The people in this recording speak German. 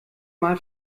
mal